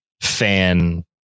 fan